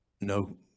no